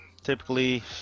typically